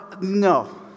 no